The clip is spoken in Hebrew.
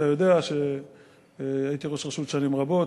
אתה יודע שהייתי ראש רשות שנים רבות,